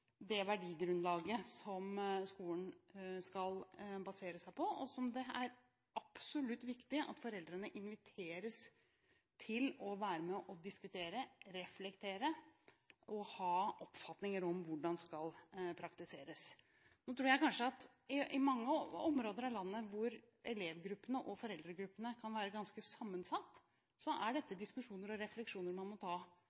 det verdigrunnlaget som skolen skal basere seg på. Og det er absolutt viktig at foreldrene inviteres til å være med på å diskutere, reflektere over og ha oppfatninger om hvordan dette skal praktiseres. Jeg tror at i mange områder av landet, hvor elevgruppene og foreldregruppene kan være ganske sammensatt, er dette diskusjoner og refleksjoner man må ta